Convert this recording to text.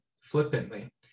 flippantly